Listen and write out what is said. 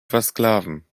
versklaven